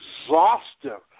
exhaustive